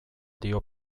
dio